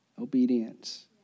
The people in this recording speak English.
Obedience